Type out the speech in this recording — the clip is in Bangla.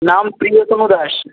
নাম প্রিয়তম দাস